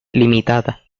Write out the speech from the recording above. ltda